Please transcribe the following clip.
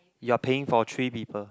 you're paying for three people